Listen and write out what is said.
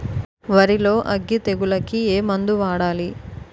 వరిలో అగ్గి తెగులకి ఏ మందు వాడాలి?